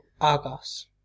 Argos